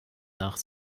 nach